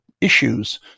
issues